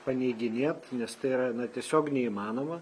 paneiginėt nes tai yra na tiesiog neįmanoma